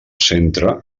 centre